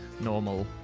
normal